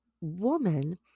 woman